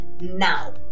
now